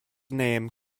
name